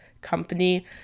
company